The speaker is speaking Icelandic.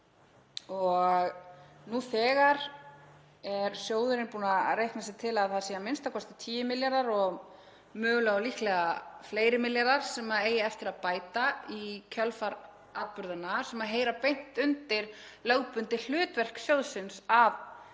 og nú þegar er sjóðurinn búinn að reikna sér til að það séu a.m.k. 10 milljarðar og mögulega og líklega fleiri milljarðar sem eigi eftir að bæta í kjölfar atburðanna sem heyra beint undir það lögbundna hlutverk sjóðsins að